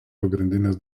pagrindinės